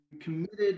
committed